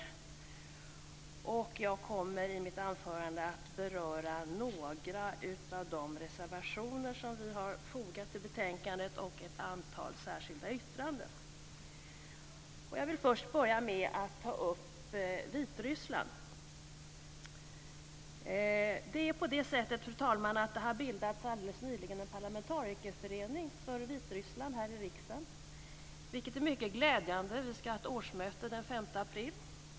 Jag kommer i mitt anförande att beröra några av de reservationer och särskilda yttranden som vi har fogat till betänkandet. Jag vill börja med att ta upp Vitryssland. Det har alldeles nyligen bildats en parlamentarikerförening för Vitryssland här i riksdagen, vilket är mycket glädjande. Vi ska ha ett årsmöte den 5 april.